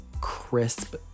crisp